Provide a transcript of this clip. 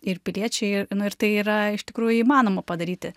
ir piliečiai nu ir tai yra iš tikrųjų įmanoma padaryti